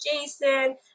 Jason